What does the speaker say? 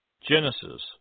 Genesis